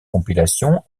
compilations